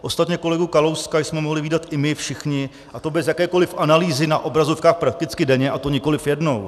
Ostatně kolegu Kalouska jsme mohli vídat i my všichni, a to bez jakékoli analýzy, na obrazovkách prakticky denně, a to nikoli jednou.